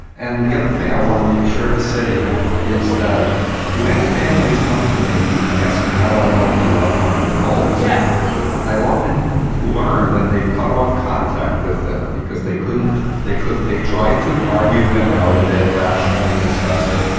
and the other thing i want to make sure to say is that when families come to me and ask me how do i hope my loved one in a call? yes, please. i often learn that they've cut off contact with them because they couldn't. they could. they tried to argue them out of it rationally, discuss it.